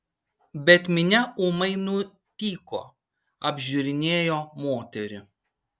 bet minia ūmai nutyko apžiūrinėjo moterį